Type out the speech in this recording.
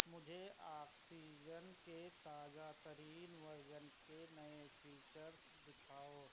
مجھے آکسیجن کے تازہ ترین ورژن کے نئے فیچرس دکھاؤ